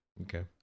Okay